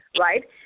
right